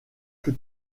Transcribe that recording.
que